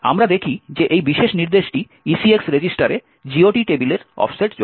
আমরা দেখি যে এই বিশেষ নির্দেশটি ECX রেজিস্টারে GOT টেবিলের অফসেট যোগ করে